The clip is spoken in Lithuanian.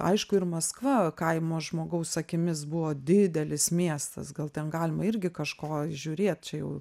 aišku ir maskva kaimo žmogaus akimis buvo didelis miestas gal ten galima irgi kažko įžiūrėt čia jau